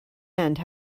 end